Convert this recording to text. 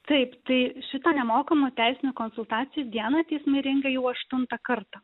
taip tai šitą nemokamų teisinių konsultacijų dieną teismai rengia jau aštuntą kartą